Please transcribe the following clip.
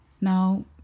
Now